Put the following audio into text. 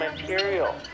material